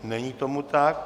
Není tomu tak.